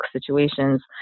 situations